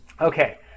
Okay